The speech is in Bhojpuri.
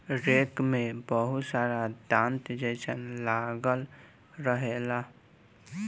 रेक में बहुत सारा दांत जइसन लागल रहेला